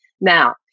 Now